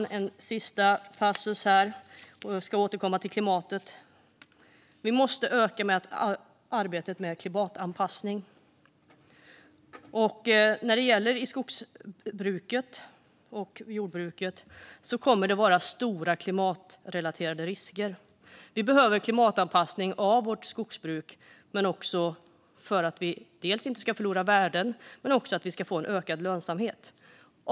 Jag har en sista passus, och jag ska återkomma till klimatet. Vi måste öka arbetet med klimatanpassning. När det gäller skogsbruket och jordbruket kommer det att vara stora klimatrelaterade risker. Vi behöver klimatanpassning av vårt skogsbruk dels för att vi inte ska förlora värden, dels för att vi ska få en ökad lönsamhet.